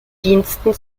diensten